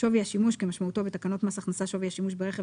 "שווי השימוש" כמשמעותו בתקנות מס הכנסה(שווי השימוש ברכב),